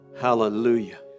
Hallelujah